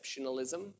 exceptionalism